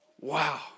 Wow